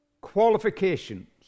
qualifications